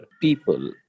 people